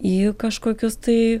į kažkokius tai